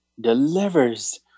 delivers